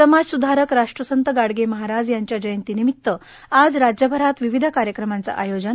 समाजसूचारक राष्ट्रसंत गाडगे महाराज यांच्या जयंती निमित्त आज राज्यमरात विविष कार्यक्रमांचं आयोजन